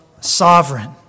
sovereign